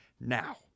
Now